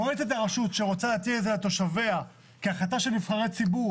מועצת הרשות שרוצה להטיל את זה על תושביה כהחלטה של נבחרי ציבור,